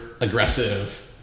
aggressive